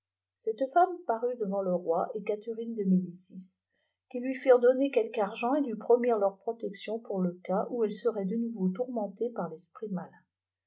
cette fenme parut devant le roi et catherine de médicis qui lui firent donner quelque açgent et lui promirent leur projection pour le cas où elle serait de nouveah tourmentée par tesprit malin